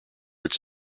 its